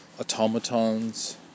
automatons